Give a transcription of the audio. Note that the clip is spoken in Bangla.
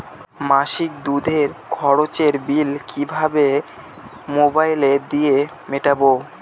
মাসিক দুধের খরচের বিল কিভাবে মোবাইল দিয়ে মেটাব?